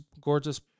gorgeous